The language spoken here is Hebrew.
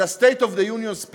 זה ה-State of the Union Speech